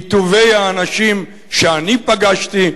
מטובי האנשים שאני פגשתי,